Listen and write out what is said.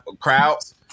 crowds